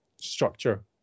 structure